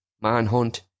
manhunt